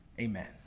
Amen